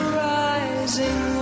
rising